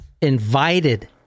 invited